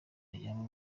yaba